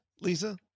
Lisa